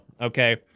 okay